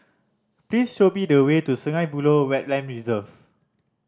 please show me the way to Sungei Buloh Wetland Reserve